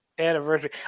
anniversary